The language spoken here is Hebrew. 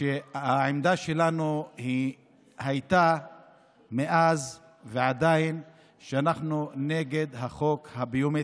שהעמדה שלנו הייתה מאז ועדיין שאנחנו נגד החוק הביומטרי.